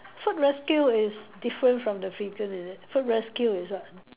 food rescue is different from the figure is it food rescue is what